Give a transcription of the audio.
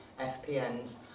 FPNs